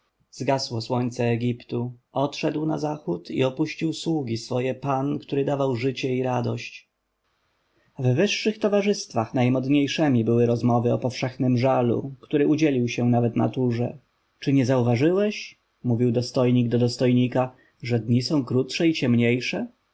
zgasło słońce egiptu odszedł na zachód i opuścił sługi swoje pan który dawał radość i życie w wyższych towarzystwach najmodniejszemi były rozmowy o powszechnym żalu który udzielił się nawet naturze czy nie zauważyłeś mówił dostojnik do dostojnika że dnie są krótsze i ciemniejsze